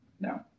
No